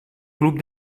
club